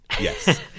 yes